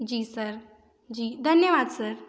जी sir ji धन्यवाद sir